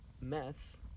meth